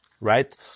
right